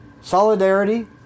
Solidarity